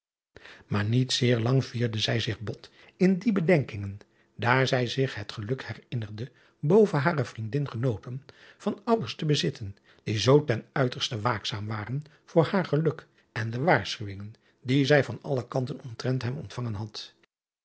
aar niet zeer lang vierde zij zich bot in die bedenkingen daar zij zich het geluk herinnerde boven hare vriendin genoten van ouders te bezitten die zoo ten uiterste waakzaam waren voor haar geluk en de waarschuwingen die zij van alle kanten omtrent hem ontvangen had